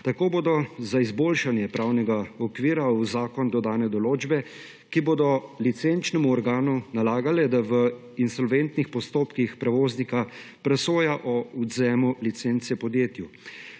Tako bodo za izboljšanje pravnega okvira v zakon dodane določbe, ki bodo licenčnemu organu nalagale, da v insolventnih postopkih prevoznika presoja o odvzemu licence podjetju.